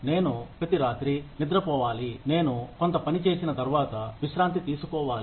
నేను ప్రతి రాత్రి నిద్ర పోవాలి నేను కొంత పని చేసిన తర్వాత విశ్రాంతి తీసుకోవాలి